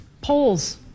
Polls